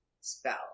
spell